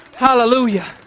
Hallelujah